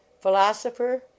Philosopher